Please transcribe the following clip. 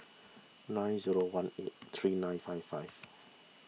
nine zero one eight three nine five five